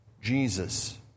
Jesus